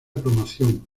promoción